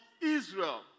Israel